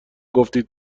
گفتید